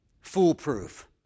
foolproof